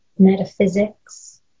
Metaphysics